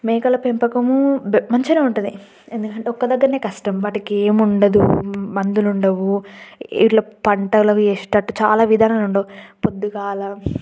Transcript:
మేకల పెంపకమూ మంచిగానే ఉంటుంది ఎందుకంటే ఒక్క దగ్గరనే కష్టం వాటికి ఏముండదు మందులు ఉండవు ఇట్ల పంటలవి వేసేటట్టు చాలా విధానాలు ఉండవు పొద్దుగాల